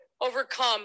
overcome